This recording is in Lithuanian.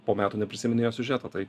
po metų neprisimeni jos siužeto tai